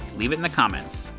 leave it in the comments.